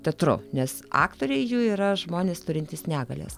teatru nes aktoriai jų yra žmonės turintys negalias